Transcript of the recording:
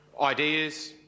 ideas